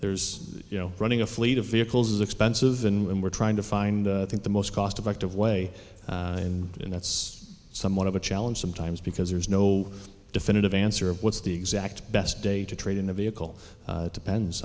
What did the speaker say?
there's you know running a fleet of vehicles is expensive and we're trying to find think the most cost effective way and that's somewhat of a challenge sometimes because there's no definitive answer of what's the exact best day to trade in a vehicle depends